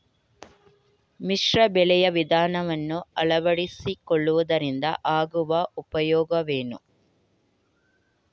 ಮಿಶ್ರ ಬೆಳೆಯ ವಿಧಾನವನ್ನು ಆಳವಡಿಸಿಕೊಳ್ಳುವುದರಿಂದ ಆಗುವ ಉಪಯೋಗವೇನು?